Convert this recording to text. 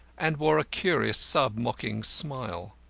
and wore a curious, sub-mocking smile.